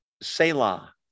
Selah